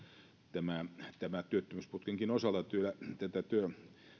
tämän työttömyysputkenkin osalta tätä